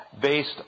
based